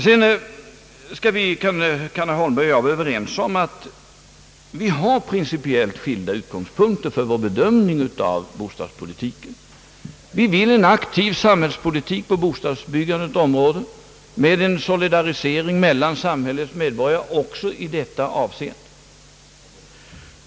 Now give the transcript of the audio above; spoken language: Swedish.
Herr Holmberg och jag kan vara överens om att vi har principiellt skilda utgångspunkter för vår bedömning av bostadspolitiken. Vi vill en aktiv samhällspolitik på bostadsbyggandets område, med en solidarisering mellan samhällets medborgare också i detta avseende.